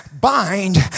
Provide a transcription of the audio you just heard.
bind